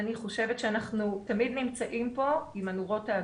אני חושבת שאנחנו תמיד נמצאים פה עם הנורות האדומות.